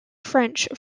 french